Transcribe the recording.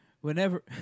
whenever